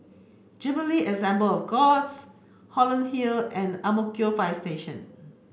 Jubilee Assembly of Gods Holland Hill and Ang Mo Kio Fire Station